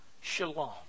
Shalom